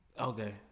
Okay